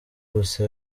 gusa